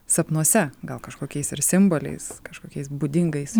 sapnuose gal kažkokiais ir simboliais kažkokiais būdingais